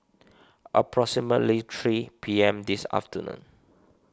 approximately three P M this afternoon